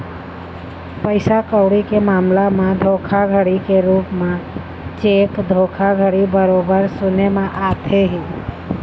पइसा कउड़ी के मामला म धोखाघड़ी के रुप म चेक धोखाघड़ी बरोबर सुने म आथे ही